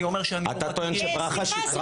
אתה טוען שברכה שיקרה פה?